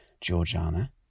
Georgiana